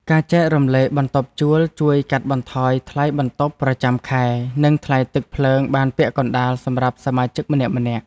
ការចែករំលែកបន្ទប់ជួលជួយកាត់បន្ថយថ្លៃបន្ទប់ប្រចាំខែ និងថ្លៃទឹកភ្លើងបានពាក់កណ្តាលសម្រាប់សមាជិកម្នាក់ៗ។